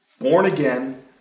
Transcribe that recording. born-again